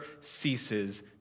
ceases